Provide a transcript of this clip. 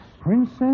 Princess